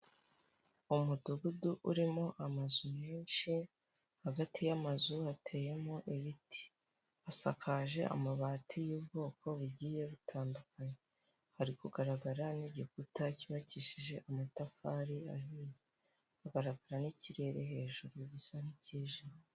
Umudugudu urimo amazu menshi hagati y'amazu hateyemo ibiti, hasakaje amabati y'ubwoko bugiye butandukanye. Hari kugaragara n'igikuta cyubakishije amatafari ahiye, hagaragara n'ikirere hejuru gisa n'icyijimye.